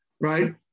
right